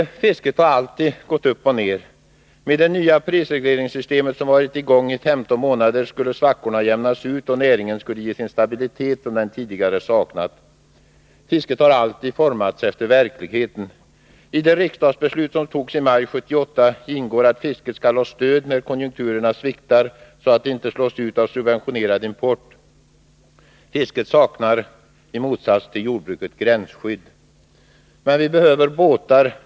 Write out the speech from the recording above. Fisket har alltid gått upp och ned. Med det nya prisregleringssystemet, som har varit i gång under 15 månader, skulle svackorna jämnas ut och näringen skulle ges en stabilitet som den tidigare saknat. Fisket har alltid formats efter verkligheten. I det riksdagsbeslut som fattades i maj 1978 ingår att fisket skall ha stöd när konjunkturerna sviktar, så att det inte slås ut av subventionerad import. Fisket saknar i motsats till jordbruket gränsskydd. Men vi behöver båtar.